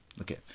okay